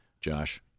Josh